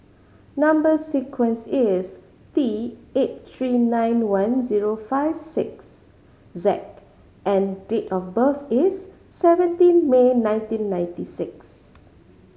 number sequence is T eight three nine one zero five six Z and date of birth is seventeen May nineteen ninety six